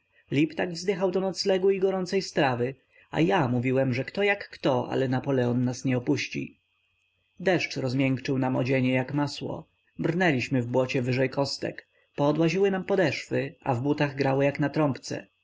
liptak wzdychał do noclegu i gorącej strawy a ja mówiłem że kto jak kto ale napoleon nas nie opuści deszcz rozmiękczył nam odzienie jak masło brnęliśmy w błocie wyżej kostek poodłaziły nam podeszwy a w butach grało jak na trąbce